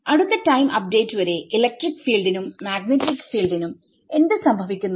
അടുത്ത time update വരെ electric ഫീൽഡിനും മാഗ്നെറ്റിക് ഫീൽഡിനും എന്ത് സംഭവിക്കുന്നു